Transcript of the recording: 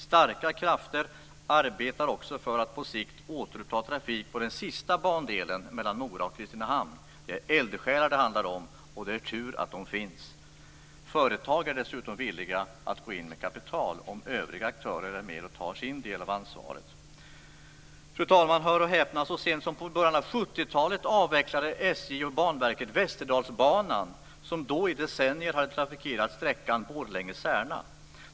Starka krafter arbetar också för att på sikt återuppta trafik på den sista bandelen, mellan Nora och Kristinehamn. Det är eldsjälar det handlar om, och det är tur att de finns. Företag är dessutom villiga att gå in med kapital om övriga aktörer är med och tar sin del av ansvaret. Fru talman! Hör och häpna: Så sent som i början av 70-talet avvecklade SJ och Banverket Västerdalsbanan, som då i decennier hade trafikerat sträckan Borlänge-Särna.